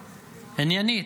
עניינית,